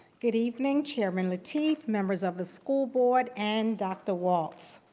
good evening chairman lateef, members of the school board, and dr. walts.